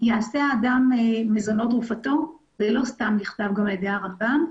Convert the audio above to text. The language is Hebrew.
יעשה האדם מזונו תרופתו זה לא סתם נכתב גם על ידי הרמב"ם,